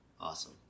Awesome